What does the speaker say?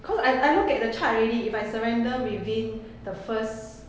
cause I I look at the chart already if I surrender within the first